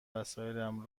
وسایلم